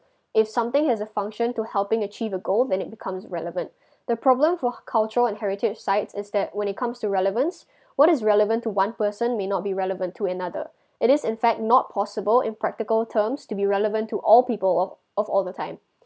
if something has the function to helping achieve a goal then it becomes relevant the problem for c~ cultural and heritage sites is that when it comes to relevance what is relevant to one person may not be relevant to another it is in fact not possible in practical terms to be relevant to all people of of all the time